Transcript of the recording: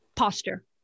posture